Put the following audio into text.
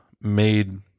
made